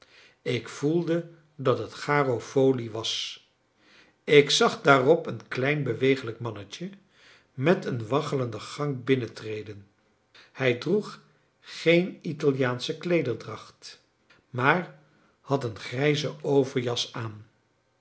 ik voelde dat het garofoli was ik zag daarop een klein beweeglijk mannetje met een waggelenden gang binnentreden hij droeg geen italiaansche kleederdracht maar had een grijze overjas aan